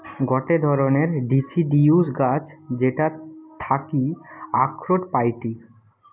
গটে ধরণের ডিসিডিউস গাছ যেটার থাকি আখরোট পাইটি